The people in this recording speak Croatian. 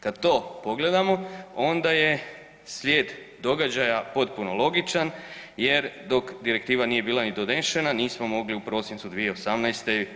Kad to pogledamo onda je slijed događaja potpuno logičan, jer dok direktiva nije bila ni donešena nismo mogli u prosincu 2018.